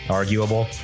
arguable